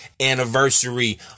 anniversary